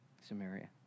Samaria